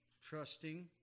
trusting